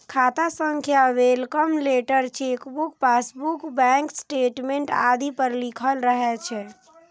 खाता संख्या welcome letter, chequebook, passbook, bank statement आदि पर लिखल रहै छै